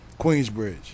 Queensbridge